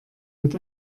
mit